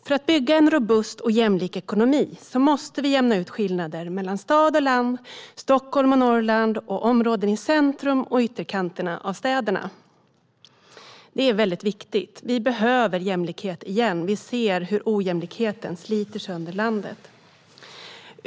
För att bygga en robust och jämlik ekonomi måste vi jämna ut skillnader mellan stad och land, mellan Stockholm och Norrland och mellan områden i centrum och områden i ytterkanterna av städer. Det är väldigt viktigt. Vi behöver jämlikhet igen. Vi ser hur ojämlikheten sliter sönder landet.